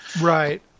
Right